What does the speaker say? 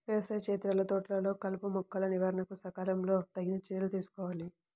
వ్యవసాయ క్షేత్రాలు, తోటలలో కలుపుమొక్కల నివారణకు సకాలంలో తగిన చర్యలు తీసుకోవాలి